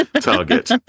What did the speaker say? target